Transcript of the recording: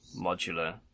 modular